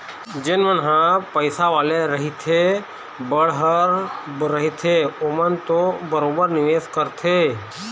जेन मन ह पइसा वाले रहिथे बड़हर रहिथे ओमन तो बरोबर निवेस करथे